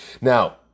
Now